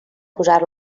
posar